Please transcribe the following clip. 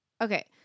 Okay